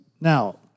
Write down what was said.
now